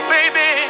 Baby